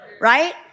Right